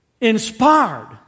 inspired